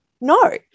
No